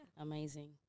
Amazing